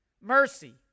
Mercy